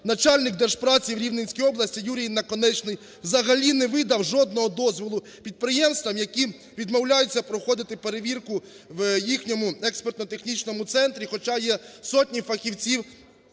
НачальникДержпраці в Рівненській області Юрій Наконечний взагалі не видав жодного дозволу підприємствам, які відмовляються проходити перевірку в їхньому експертно-технічному центрі, хоча є сотні фахівців,